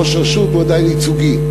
ראש רשות הוא עדיין ייצוגי,